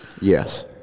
Yes